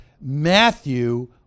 Matthew